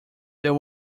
there